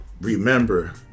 Remember